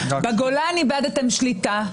בגולן איבדתם שליטה,